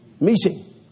meeting